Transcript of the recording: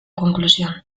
conclusión